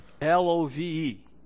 l-o-v-e